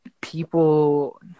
people